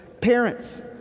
parents